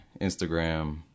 Instagram